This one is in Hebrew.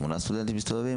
שמונה סטודנט.